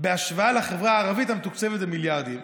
בהשוואה לחברה הערבית, שמתוקצבת במיליארדים?